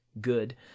good